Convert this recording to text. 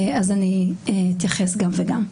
אני אתייחס גם וגם.